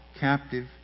captive